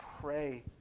pray